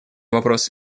вопрос